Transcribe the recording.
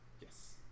Yes